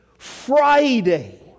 Friday